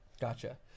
Gotcha